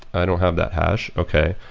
i don't have that hash. okay,